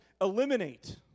eliminate